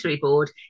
Board